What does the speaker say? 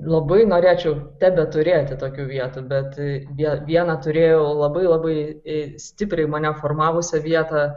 labai norėčiau tebeturėti tokių vietų bet vien vieną turėjau labai labai stipriai mane formavusią vietą